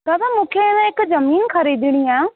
दादा मूंखे अन हिक ज़मीन ख़रीदणी आहे